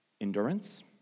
Endurance